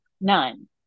None